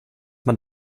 man